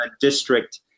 district